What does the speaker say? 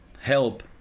help